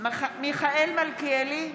מיכאל מלכיאלי,